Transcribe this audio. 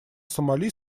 сомали